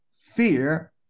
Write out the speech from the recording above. fear